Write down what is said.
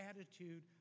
attitude